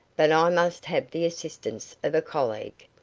but i must have the assistance of a colleague.